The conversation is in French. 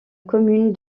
commune